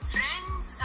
Friends